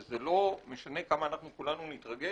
וזה לא משנה כמה אנחנו כולנו נתרגש